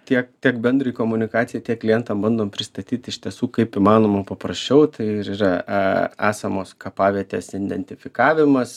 tiek tiek bendrai komunikacijai tiek klientam bandom pristatyt iš tiesų kaip įmanoma paprasčiau tai yra esamos kapavietės identifikavimas